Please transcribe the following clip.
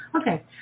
Okay